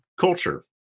culture